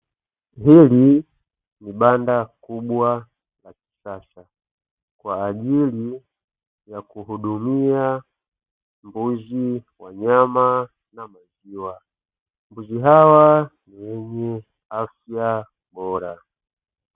Hili ni banda kubwa la kisasa kwa ajili ya kuhudumia mbuzi wa nyama na maziwa, mbuzi hawa ni wenye afya bora.